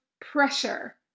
pressure